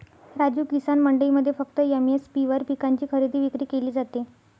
राजू, किसान मंडईमध्ये फक्त एम.एस.पी वर पिकांची खरेदी विक्री केली जाते